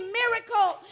miracle